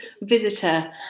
visitor